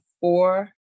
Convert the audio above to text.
four